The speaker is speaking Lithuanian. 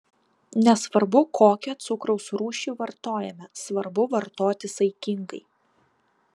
nesvarbu kokią cukraus rūšį vartojame svarbu vartoti saikingai